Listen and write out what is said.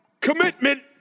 commitment